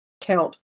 count